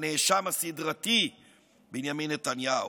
הנאשם הסדרתי בנימין נתניהו.